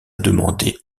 demander